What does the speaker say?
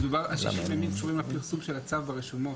מדובר, ה-60 ימים קשורים לפרסום של הצו ברשומות.